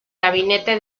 gabinete